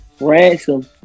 ransom